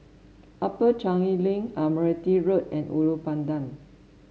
Upper Changi Link Admiralty Road and Ulu Pandan